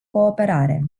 cooperare